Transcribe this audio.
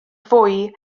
fwy